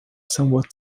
somewhat